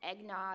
eggnog